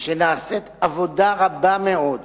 שנעשית עבודה רבה מאוד